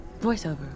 voiceover